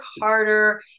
harder